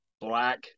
black